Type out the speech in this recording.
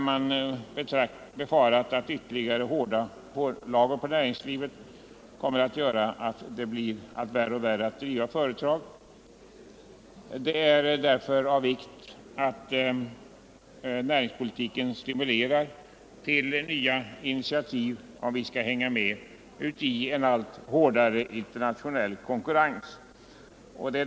Man befarar att ytterligare hårda pålagor på näringslivet kommer att göra det allt svårare att driva företag. Det är därför väsentligt att näringspolitiken stimulerar till nya initiativ, om vi skall hänga med i en allt hårdare internationell konkurrens.